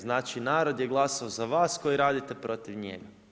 Znači, narod je glasao za vas koji radite protiv njega.